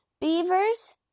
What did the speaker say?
Beavers